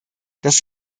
das